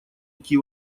идти